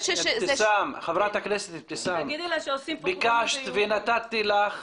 נאום --- חברת הכנסת אבתיסאם, ביקשת ונתתי לך